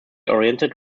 oriented